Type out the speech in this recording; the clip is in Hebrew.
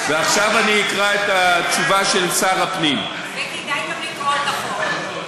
ועכשיו אני אקרא את התשובה של שר הפנים --- וכדאי גם לקרוא את החוק.